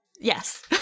yes